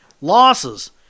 losses